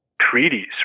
treaties